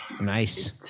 Nice